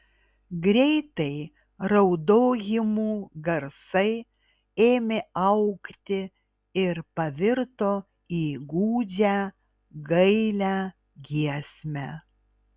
greitai raudojimų garsai ėmė augti ir pavirto į gūdžią gailią giesmę